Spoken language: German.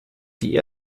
die